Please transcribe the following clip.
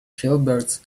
jailbirds